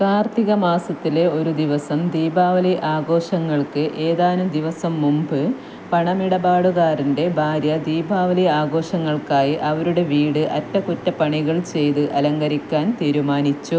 കാർത്തിക മാസത്തിലെ ഒരു ദിവസം ദീപാവലി ആഘോഷങ്ങൾക്ക് ഏതാനും ദിവസം മുമ്പ് പണമിടപാടുകാരൻ്റെ ഭാര്യ ദീപാവലി ആഘോഷങ്ങൾക്കായി അവരുടെ വീട് അറ്റകുറ്റപ്പണികൾ ചെയ്ത് അലങ്കരിക്കാൻ തീരുമാനിച്ചു